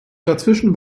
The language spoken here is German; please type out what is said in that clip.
dazwischen